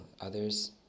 others